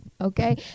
Okay